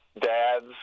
dads